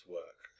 work